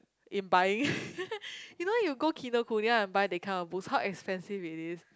in buying you know you go Kinokuniya and buy that kind of books how expensive it is